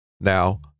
Now